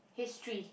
history